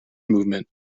movement